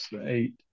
eight